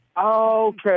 Okay